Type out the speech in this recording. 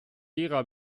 gera